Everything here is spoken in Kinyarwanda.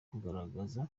kugaragaza